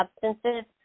substances